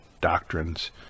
doctrines